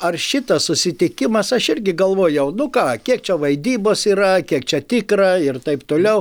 ar šitas susitikimas aš irgi galvojau nu ką kiek čia vaidybos yra kiek čia tikra ir taip toliau